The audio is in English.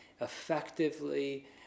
effectively